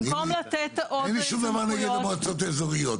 אם זה היה תלוי בי גם הייתי יושב על האישורים האלה